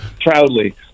proudly